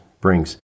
brings